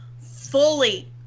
fully